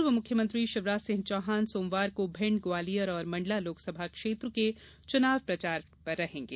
पूर्व मुख्यमंत्री शिवराज सिंह चौहान सोमवार को भिण्ड ग्वालियर और मंडला लोकसभा क्षेत्रों के चुनाव प्रचार पर रहेंगे